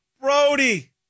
Brody